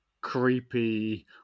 creepy